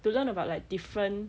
to learn about like different